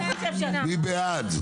מי נגד?